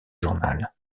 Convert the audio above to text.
journal